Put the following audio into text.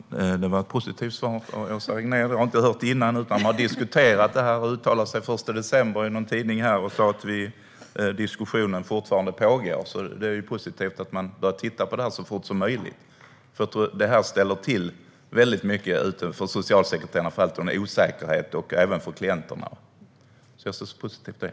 Herr talman! Det var ett positivt svar av Åsa Regnér. Jag har inte hört det innan. Man har diskuterat detta och uttalat sig den 1 december i någon tidning och sagt att diskussion fortfarande pågår. Det är positivt att man börjar titta på detta så fort som möjligt. Osäkerheten ställer till väldigt mycket för socialsekreterarna och även för klienterna. Jag ser positivt på det.